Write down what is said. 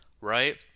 right